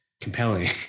compelling